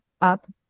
up